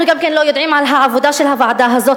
אנחנו גם כן לא יודעים על העבודה של הוועדה הזאת,